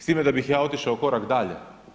S time da bih ja otišao korak dalje.